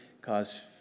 cause